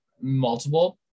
multiple